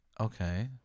Okay